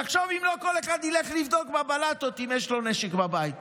תחשוב אם לא כל אחד ילך לבדוק בבלטות אם יש לו נשק בבית,